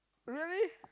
really